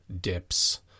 dips